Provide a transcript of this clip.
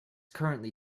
currently